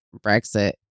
Brexit